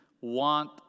want